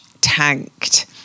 tanked